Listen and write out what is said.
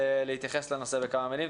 שיתייחס לנושא בכמה מילים.